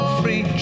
free